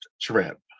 trip